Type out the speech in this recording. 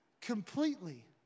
completely